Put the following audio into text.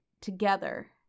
together